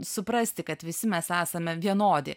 suprasti kad visi mes esame vienodi